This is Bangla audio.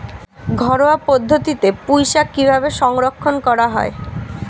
ঘরোয়া পদ্ধতিতে পুই শাক কিভাবে সংরক্ষণ করা হয়?